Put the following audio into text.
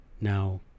Now